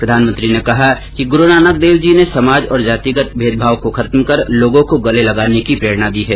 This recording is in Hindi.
प्रधानमंत्री ने कहा कि गुरूनानकदेवजी ने समाज और जातिगत भेदभाव को खत्म कर लोगों को गले लगाने की प्रेरणा दी है